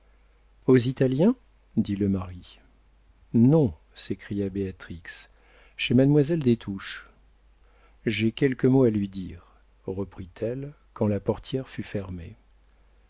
aux italiens dit le mari non s'écria béatrix chez mademoiselle des touches j'ai quelques mots à lui dire reprit-elle quand la portière fut fermée